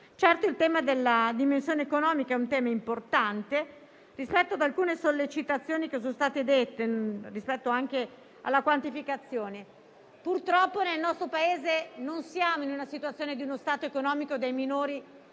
Il tema della dimensione economica è certo importante. Rispetto ad alcune sollecitazioni avanzate rispetto anche alla quantificazione, purtroppo nel nostro Paese non siamo in una situazione di stato economico dei minori